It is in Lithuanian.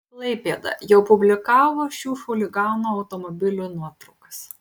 klaipėda jau publikavo šių chuliganų automobilių nuotraukas